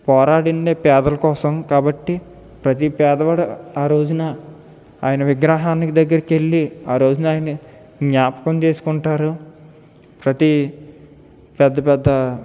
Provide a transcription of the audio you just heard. పోరాడిందే పేదల కోసం కాబట్టి ప్రతీ పేదవాడు ఆరోజున ఆయన విగ్రహానికి దగ్గరకి వెళ్ళి ఆ రోజున ఆయన్ని జ్ఞాపకం చేస్కుంటారు ప్రతీ పెద్ద పెద్ద